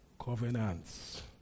covenants